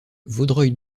vaudreuil